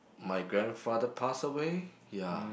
my grandfather pass away ya